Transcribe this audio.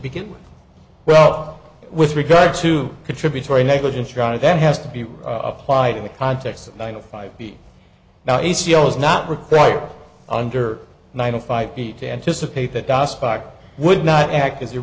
begin with well with regard to contributory negligence dr that has to be applied in the context of nine to five feet now e c l is not required under ninety five feet to anticipate that das fact would not act as a